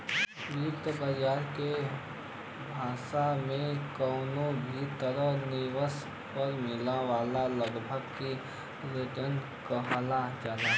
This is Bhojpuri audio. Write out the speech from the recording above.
वित्त बाजार के भाषा में कउनो भी तरह निवेश पर मिले वाला लाभ क रीटर्न कहल जाला